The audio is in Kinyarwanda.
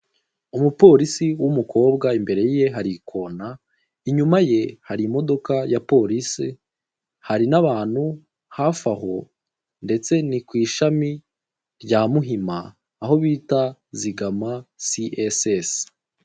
Umuporisi w'umukobwa imbere hari ikona, inyuma ye hari imodoka ya polisi, hari n'abantu hafi aho ndetse ni ku ishami rya muhima aho bita zigama si esesi.